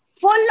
full